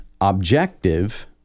objective